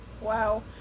wow